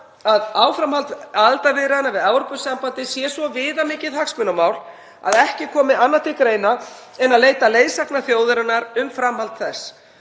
að áframhald aðildarviðræðna við Evrópusambandið sé svo viðamikið hagsmunamál að ekki komi annað til greina en að leita leiðsagnar þjóðarinnar um framhald þeirra.